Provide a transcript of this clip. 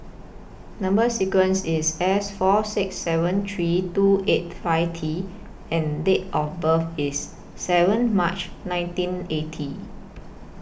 Number sequence IS S four six seven three two eight five T and Date of birth IS seven March nineteen eighty